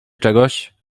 czegoś